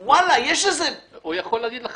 --- הוא יגיד.